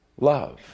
love